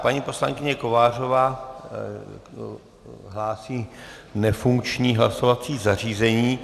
Paní poslankyně Kovářová hlásí nefunkční hlasovací zařízení.